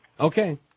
Okay